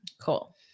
cool